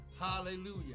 Hallelujah